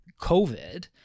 COVID